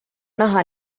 naha